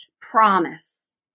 promise